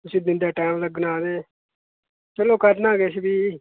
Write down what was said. उसी दिंदे टैम लग्गना ते चलो करना किश भी